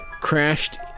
crashed